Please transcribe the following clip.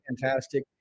fantastic